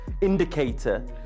indicator